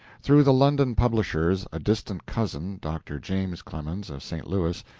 through the london publishers a distant cousin, dr. james clemens, of st. louis,